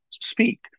speak